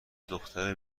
دختر